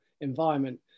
environment